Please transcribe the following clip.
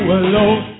alone